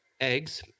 eggs